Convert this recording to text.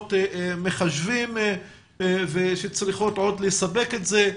חברות מחשבים שצריכות עוד לספק את זה.